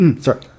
sorry